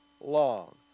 long